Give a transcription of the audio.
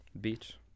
beach